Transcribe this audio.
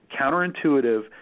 counterintuitive